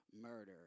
murder